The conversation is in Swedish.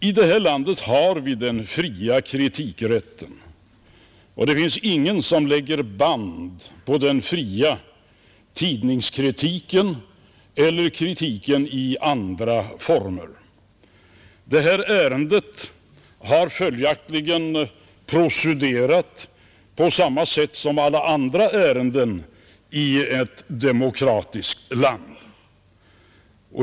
I det här landet har vi den fria kritikrätten; det finns ingen som lägger band på den fria tidningskritiken eller kritik i andra former. Det här ärendet har också undergått samma procedur som alla andra ärenden i ett demokratiskt land.